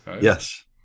Yes